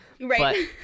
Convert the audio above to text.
Right